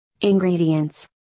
Ingredients